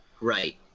Right